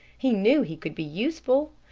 he knew he could be useful!